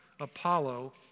Apollo